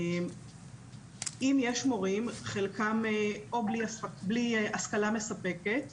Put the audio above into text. אם יש מורים, חלקם בלי השכלה מספקת,